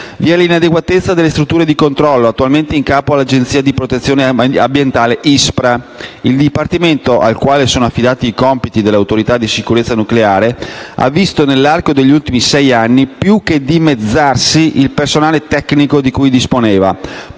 Vi è l'inadeguatezza della struttura di controllo, attualmente in capo all'agenzia di protezione ambientale ISPRA: il dipartimento al quale sono affidati i compiti dell'autorità di sicurezza nucleare ha visto, nell'arco degli ultimi sei anni, più che dimezzarsi il personale tecnico di cui disponeva,